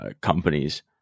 companies